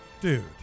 Dude